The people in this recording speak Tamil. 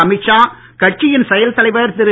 அமித்ஷா கட்சியின் செயல்தலைவர் திரு